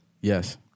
Yes